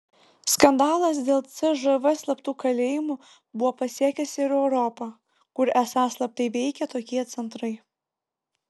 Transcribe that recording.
skandalas dėl cžv slaptų kalėjimų buvo pasiekęs ir europą kur esą slaptai veikė tokie centrai